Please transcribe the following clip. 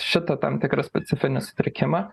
šitą tam tikrą specifinį sutrikimą